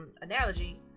analogy